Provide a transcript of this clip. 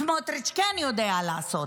את זה סמוטריץ' כן יודע לעשות,